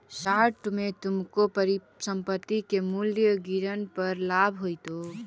short में तुमको परिसंपत्ति के मूल्य गिरन पर लाभ होईतो